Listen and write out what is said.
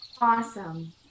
Awesome